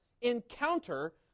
encounter